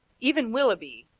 even willeby,